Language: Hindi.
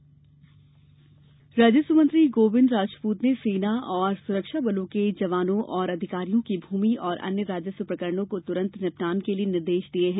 राजस्व प्रकरण राजस्व मंत्री गोविंद राजपूत ने सेना और सुरक्षा बलों के जवानों एवं अधिकारियों के भूमि और अन्य राजस्व प्रकरणों को तुरंत निपटाने के निर्देश दिये हैं